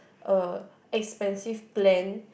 a expensive plan